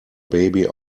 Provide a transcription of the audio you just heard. baby